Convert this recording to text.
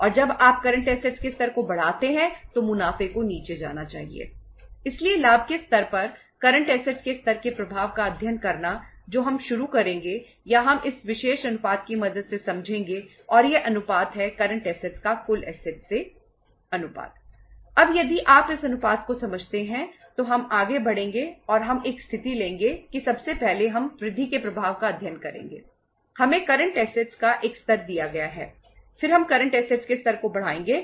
इसलिए लाभ के स्तर पर करंट ऐसेट के स्तर को बढ़ाएंगे